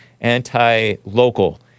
anti-local